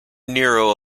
nero